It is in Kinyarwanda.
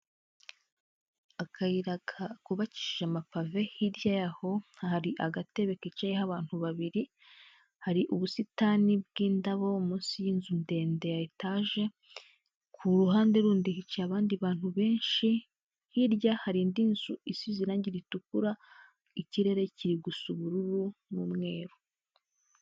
Akayira kubakishije amapave, hirya yaho hari agatebe kicayeho abantu babiri, hari ubusitani bw'indabo munsi y'inzu ndende ya etaje, ku ruhande rundi hicaye abandi bantu benshi, hirya hari indi nzu isize irangi ritukura, ikirere kiri gusa ubururu n'umweru.